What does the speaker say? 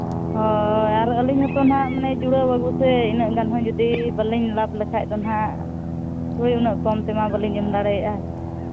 ᱦᱳᱭ ᱟᱹᱞᱤᱧ ᱦᱚᱸᱛᱚ ᱦᱟᱸᱜ ᱢᱟᱱᱮ ᱡᱩᱲᱟᱹᱣ ᱟᱹᱞᱩ ᱥᱮ ᱤᱱᱟᱹᱜ ᱜᱟᱱ ᱦᱚᱸ ᱡᱩᱫᱤ ᱵᱟᱹᱞᱤᱧ ᱞᱟᱵᱷ ᱞᱮᱠᱷᱟᱱ ᱫᱚ ᱦᱟᱸᱜ ᱦᱳᱭ ᱩᱱᱟᱹᱜ ᱠᱚᱢ ᱛᱮ ᱦᱟᱸᱜ ᱵᱟᱹᱞᱤᱧ ᱮᱢ ᱫᱟᱲᱮᱭᱟᱜᱼᱟ